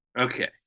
Okay